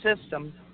system